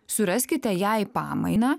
suraskite jai pamainą